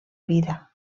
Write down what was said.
vida